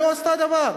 היא לא עשתה דבר.